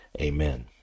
Amen